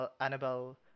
Annabelle